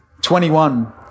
21